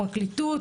הפרקליטות